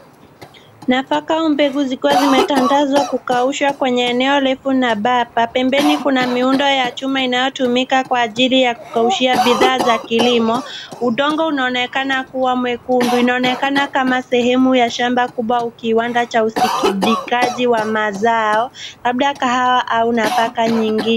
Nafaka au mbegu zikiwa zimetandazwa kukaushwa kwenye eneo refu na paa. Pembeni kuna miundo ya chuma inayotumika kwa ajili ya kukaushia bidhaa za kilimo. Udongo unaonekana kuwa mwekundu. Inaonekana kama sehemu ya shamba kubwa au kiwanda cha usindikaji wa mazao labda kahawa au nafaka nyingine.